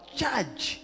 judge